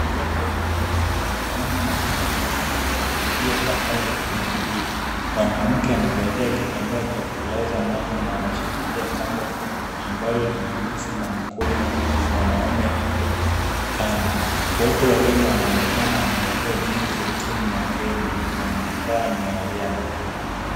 Wanariadha wawili wanaume na wanamke wakikimbia pamoja kwenye mbio. Mwanamke amevalia kitambaa cha kulaza macho na anashikilia kamba fupi ambalo linagusa na mkono wa mwanaume ili kando. Wote wawili wanaonekana wamevalia jezi za timu ya Kenya na inafaa ni ya riadha.